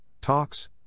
talks